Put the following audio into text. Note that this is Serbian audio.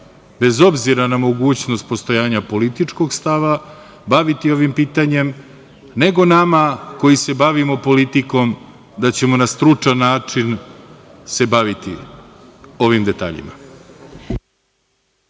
bez obzira na mogućnost postojanja političkog stava baviti ovim pitanjem nego nama koji se bavimo politikom da ćemo na stručan način se baviti ovim detaljima.